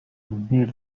meet